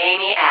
Amy